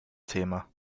thema